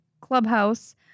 clubhouse